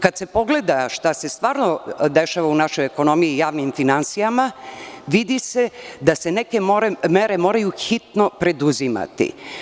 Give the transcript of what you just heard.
Kada se pogleda šta se stvarno dešava u našoj ekonomiji i javnim finansija, vidi se da se neke mere moraju hitno preduzimati.